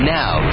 now